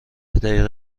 دقیقه